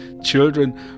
children